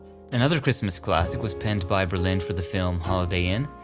another christmas classic was penned by berlin for the film holiday inn,